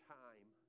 time